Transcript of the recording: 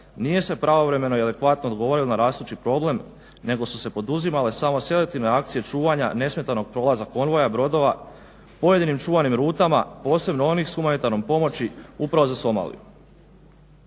nije se pravovremeno i adekvatno odgovorilo na rastući problem nego su se poduzimale samo selektivne akcije čuvanja nesmetanog prolaza konvoja, brodova pojedinim čuvanim rutama, posebno onih s humanitarnom pomoći upravo za Somaliju.